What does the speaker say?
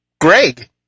Greg